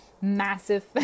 massive